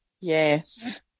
Yes